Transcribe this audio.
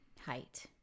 height